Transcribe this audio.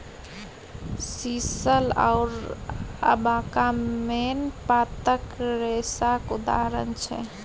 sisal आओर abaca मेन पातक रेशाक उदाहरण छै